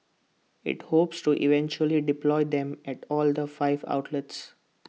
IT hopes to eventually deploy them at all five outlets